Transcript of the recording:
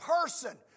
person